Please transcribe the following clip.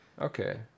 Okay